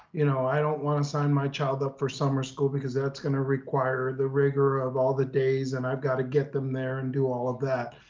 you know, i don't wanna sign my child up for summer school because that's gonna require the rigor of all the days and i've got to get them there and do all of that.